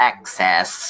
Access